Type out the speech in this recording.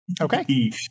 Okay